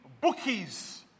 bookies